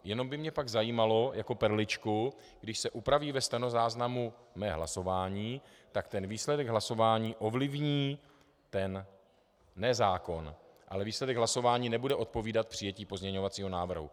Jenom by mě pak zajímalo, jako perličku, když se upraví ve stenozáznamu mé hlasování, tak ten výsledek hlasování ovlivní ten ne zákon, ale výsledek hlasování nebude odpovídat přijetí pozměňovacího návrhu.